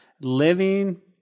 Living